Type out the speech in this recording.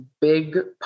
big